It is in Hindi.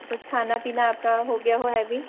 कुछ खाना पीना आपका हो गया हो हेवी